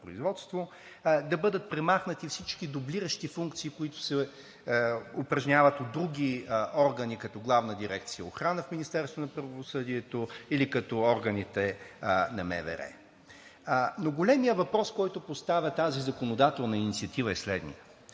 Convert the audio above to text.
производство, да бъдат премахнати всички дублиращи функции, които се упражняват от други органи, като Главна дирекция „Охрана“ в Министерството на правосъдието или като органите на МВР. Но големият въпрос, който поставя тази законодателна инициатива, е следният